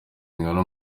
zigana